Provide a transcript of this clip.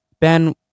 Ben